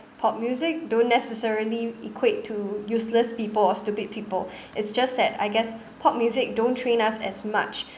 pop music don't necessarily equate to useless people or stupid people it's just that I guess pop music don't train us as much